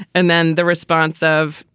and then the response of,